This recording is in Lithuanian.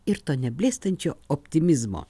ir to neblėstančio optimizmo